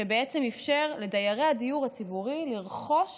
שבעצם אפשר לדיירי הדיור הציבורי לרכוש